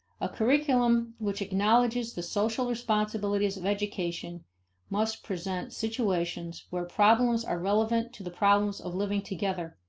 a curriculum which acknowledges the social responsibilities of education must present situations where problems are relevant to the problems of living together,